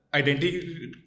identity